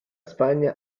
spagna